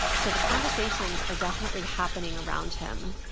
so the conversations are definitely happening around him,